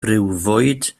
briwfwyd